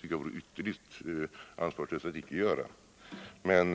Det vore ytterligt ansvarslöst att inte göra det. Men